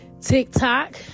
TikTok